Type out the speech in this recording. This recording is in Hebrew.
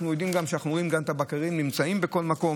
אנחנו יודעים שאנחנו גם רואים את הבקרים נמצאים בכל מקום.